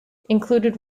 included